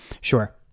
Sure